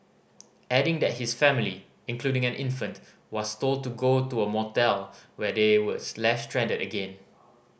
adding that his family including an infant was told to go to a motel where they was left stranded again